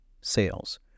sales